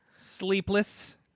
Sleepless